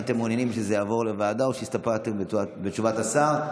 האם אתם מעוניינים שזה יעבור לוועדה או שהסתפקתם בתשובת השר?